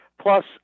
plus